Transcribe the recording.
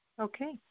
Okay